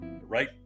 right